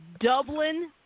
Dublin